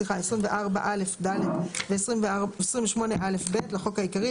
24א(ד) ו־28א(ב) לחוק העיקרי,